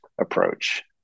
approach